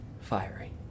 Fiery